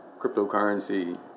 Cryptocurrency